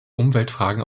umweltfragen